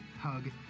hug